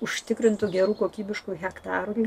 užtikrintų gerų kokybiškų hektarų